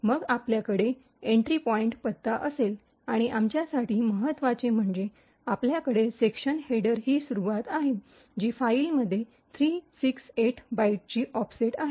मग आपल्याकडे entry point पत्ता असेल आणि आमच्यासाठी महत्त्वाचे म्हणजे आपल्याकडे सेक्शन हेडरची ही सुरूवात आहे जी फाईलमध्ये ३६८ बाइटची ऑफसेट आहे